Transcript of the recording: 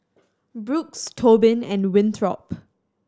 Brooks Tobin and Winthrop